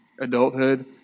adulthood